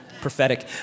Prophetic